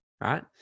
Right